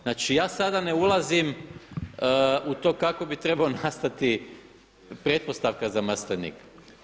Znači, ja sada ne ulazim u to kako bi trebao nastati pretpostavka za maslenik.